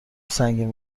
سنگین